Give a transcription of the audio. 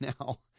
Now